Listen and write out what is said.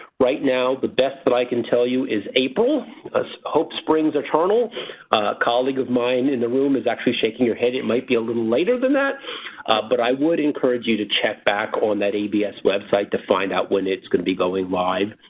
right now the best that i can tell you is april as hope springs eternal. a colleague of mine in the room is actually shaking her head it might be a little later than that but i would encourage you to check back on that abs web site to find out when it's going to be going live.